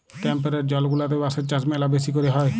temperate zone গুলাতে বাঁশের চাষ ম্যালা বেশি ক্যরে হ্যয়